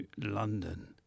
London